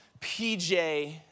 PJ